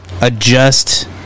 adjust